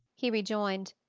he rejoined,